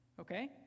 Okay